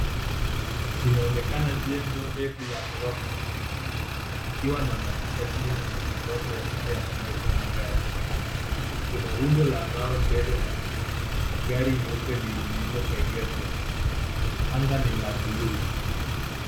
Linaonekana jengo refu la ghorofa, likiwa na maduka chini na matangazo ya shule ya kuendesha magari. Kuna rundo la mawe mbele na gari nyeupe lililoegezwa. Anga ni la buluu.